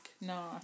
no